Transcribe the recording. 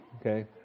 Okay